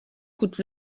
coûte